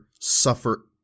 suffer